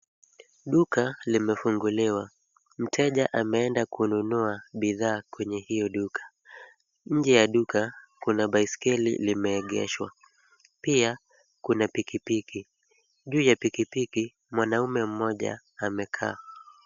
Duka limefunguliwa. Mteja ameenda kununua bidhaa kwenye hiyo duka. Nje ya duka kuna baiskeli limeegeshwa, pia kuna pikipiki. Juu ya pikipiki mwanamume mmoja amekaa.